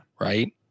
Right